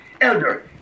Elder